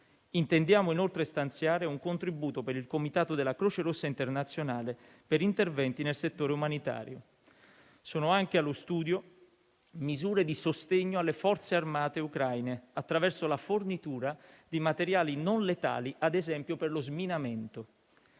Intendiamo, inoltre, stanziare un contributo per il comitato della Croce Rossa internazionale per interventi nel settore umanitario. Sono anche allo studio misure di sostegno alle forze armate ucraine attraverso la fornitura di materiali non letali, come - ad esempio - quelli per lo sminamento.